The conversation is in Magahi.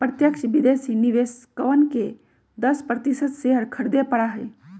प्रत्यक्ष विदेशी निवेशकवन के दस प्रतिशत शेयर खरीदे पड़ा हई